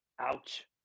Ouch